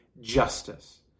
justice